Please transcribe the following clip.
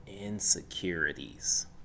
insecurities